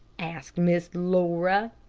asked miss laura.